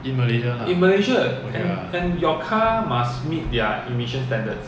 in malaysia lah okay lah